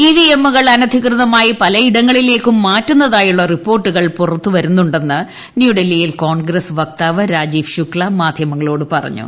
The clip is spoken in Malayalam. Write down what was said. ഇവിഎമ്മുകൾ അനധികൃതമായി പലയിടങ്ങളിലേക്കും മാറ്റുന്നതായുള്ള റിപ്പോർട്ടുകൾ പുറത്തു വരുന്നുണ്ടെന്ന് ന്യൂഡൽഹിയിൽ കോൺഗ്രസ് വക്താവ് രാജീവ് ശുക്സ മാധ്യമങ്ങളോട് പറഞ്ഞു